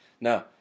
No